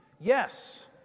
yes